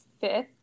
fifth